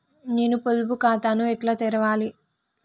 నేను పొదుపు ఖాతాను ఎట్లా తెరవాలి?